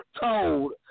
told